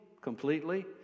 completely